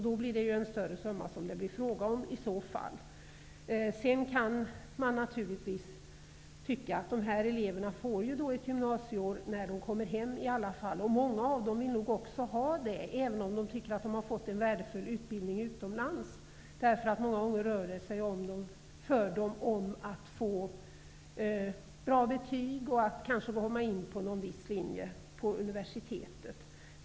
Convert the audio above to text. Då blir det ju fråga om en högre summa. Dessa elever får ju ett gymnasieår när de sedan kommer hem. Många av dessa elever vill nog ha detta år, även om de tycker att de har fått en värdefull utbildning utomlands. Många gånger rör det sig om att få bra betyg för att kunna komma in på någon viss linje på universitetet.